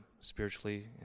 spiritually